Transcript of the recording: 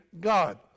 God